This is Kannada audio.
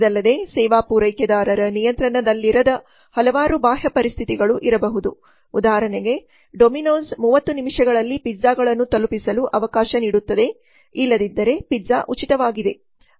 ಇದಲ್ಲದೆ ಸೇವಾ ಪೂರೈಕೆದಾರರ ನಿಯಂತ್ರಣದಲ್ಲಿರದ ಹಲವಾರು ಬಾಹ್ಯ ಪರಿಸ್ಥಿತಿಗಳು ಇರಬಹುದು ಉದಾಹರಣೆಗೆ ಡೊಮಿನೊಸ್Dominos 30 ನಿಮಿಷಗಳಲ್ಲಿ ಪಿಜ್ಜಾಗಳನ್ನು ತಲುಪಿಸಲು ಅವಕಾಶ ನೀಡುತ್ತದೆ ಇಲ್ಲದಿದ್ದರೆ ಪಿಜ್ಜಾ ಉಚಿತವಾಗಿದೆ